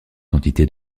quantité